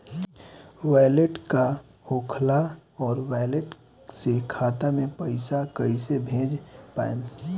Wallet का होखेला और वैलेट से खाता मे पईसा कइसे भेज पाएम?